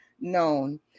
known